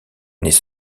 n’est